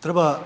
treba